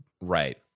Right